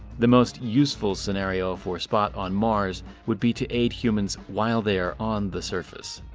the most useful scenario for spot on mars would be to aid humans while they are on the surface.